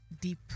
deep